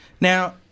Now